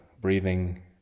breathing